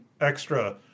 extra